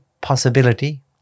possibility